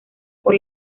por